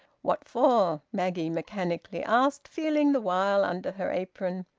what for? maggie mechanically asked, feeling the while under her apron.